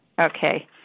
Okay